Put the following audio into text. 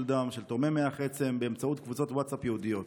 דם של תורמי מח עצם באמצעות קבוצות ווטסאפ ייעודיות.